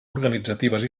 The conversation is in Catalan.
organitzatives